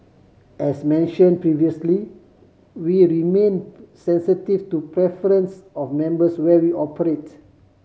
as mention previously we remain sensitive to preference of members where we operates